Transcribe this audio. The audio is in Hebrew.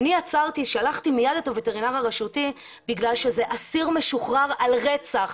אני שלחתי מייד את הווטרינר הרשותי כי זה אסיר משוחרר על רצח,